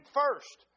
first